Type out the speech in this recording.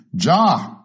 Ja